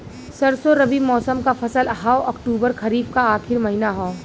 सरसो रबी मौसम क फसल हव अक्टूबर खरीफ क आखिर महीना हव